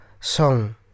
song